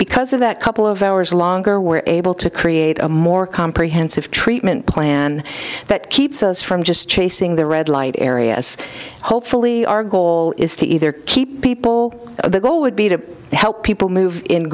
because of that couple of hours longer we're able to create a more comprehensive treatment plan that keeps us from just chasing the red light areas hopefully our goal is to either keep people the goal would be to help people move in